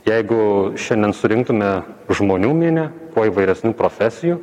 jeigu šiandien surinktume žmonių minią kuo įvairesnių profesijų